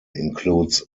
includes